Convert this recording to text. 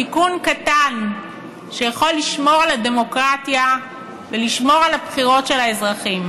תיקון קטן שיכול לשמור על הדמוקרטיה ולשמור על הבחירות של האזרחים.